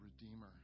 Redeemer